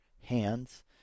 hands